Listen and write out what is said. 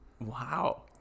Wow